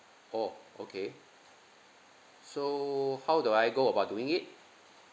oh okay so how do I go about doing it